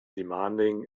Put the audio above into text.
demanding